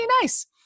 nice